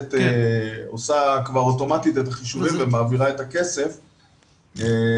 המערכת עושה כבר אוטומטית את החישובים ומעבירה את הכסף לרשות.